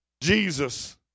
Jesus